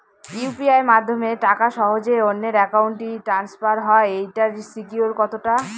UPI মাধ্যমে টাকা সহজেই অন্যের অ্যাকাউন্ট ই ট্রান্সফার হয় এইটার সিকিউর কত টা?